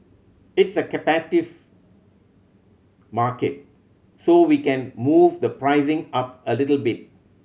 it's a captive market so we can move the pricing up a little bit